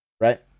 right